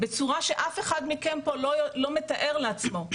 בצורה שאף אחד פה לא מתאר לעצמו.